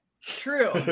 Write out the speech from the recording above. True